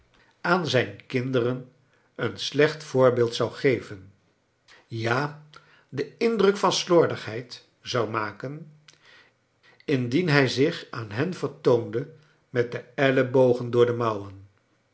aan charles dickens zijn kinderen een slecht voorbeeld zou geven ja den indruk van slordigheid zou maken indien hij zich aan hen vertoonde met de ellebogen door de mouwen